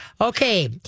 Okay